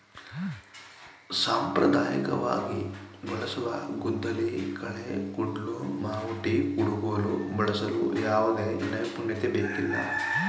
ಸಾಂಪ್ರದಾಯಿಕವಾಗಿ ಬಳಸುವ ಗುದ್ದಲಿ, ಕಳೆ ಕುಡ್ಲು, ಮಾವುಟಿ, ಕುಡುಗೋಲು ಬಳಸಲು ಯಾವುದೇ ನೈಪುಣ್ಯತೆ ಬೇಕಿಲ್ಲ